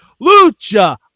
Lucha